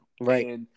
Right